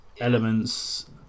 elements